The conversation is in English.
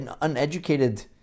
uneducated